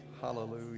Hallelujah